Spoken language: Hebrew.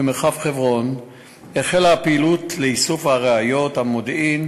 במרחב חברון החלה פעילות לאיסוף ראיות המודיעין.